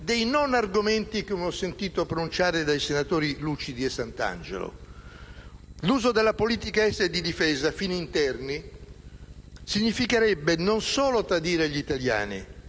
dei non-argomenti, come ho sentito pronunciare dai senatori Lucidi e Santangelo. L'uso della politica estera e di difesa a fini interni significherebbe non solo tradire gli italiani,